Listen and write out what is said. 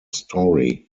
story